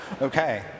Okay